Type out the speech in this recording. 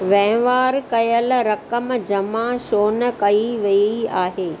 वहिंवार कयल रक़म जमा छो न कई वई आहे